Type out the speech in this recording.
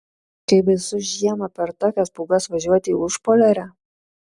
kaip baisu žiemą per tokias pūgas važiuoti į užpoliarę